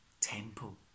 temple